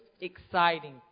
exciting